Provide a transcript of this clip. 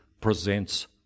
presents